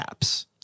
apps